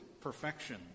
perfection